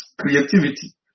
creativity